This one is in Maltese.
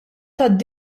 tad